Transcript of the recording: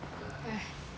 哎